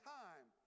time